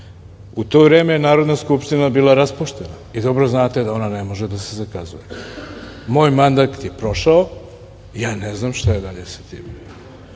U to vreme Narodna skupština je bila raspuštena i vi dobro znate da ne može da se zakazuje, moj mandat je prošao i ja ne znam šta je dalje sa tim.